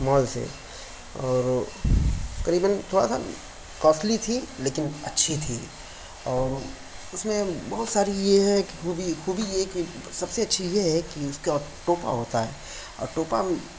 مال سے اور قریباً تھوڑا سا کاسٹلی تھی لیکن اچھی تھی اور اس میں بہت ساری یہ ہے کہ خوبی خوبی یہ ہے کہ سب سے اچھی یہ ہے کہ اس کا ٹوپا ہوتا ہے اور ٹوپا